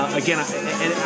again